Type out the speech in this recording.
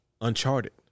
Uncharted